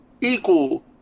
equal